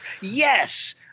yes